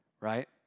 right